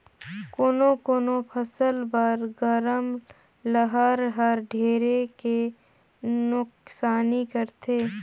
कोनो कोनो फसल बर गरम लहर हर ढेरे के नुकसानी करथे